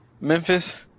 Memphis